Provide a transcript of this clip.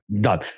Done